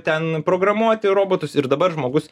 ten programuoti robotus ir dabar žmogus